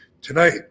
tonight